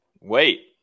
Wait